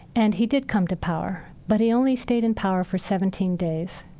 and he did come to power. but he only stayed in power for seventeen days.